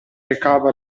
recava